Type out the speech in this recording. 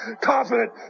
confident